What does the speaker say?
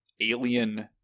alien